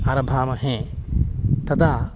आरभामहे तदा